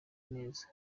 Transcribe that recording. neza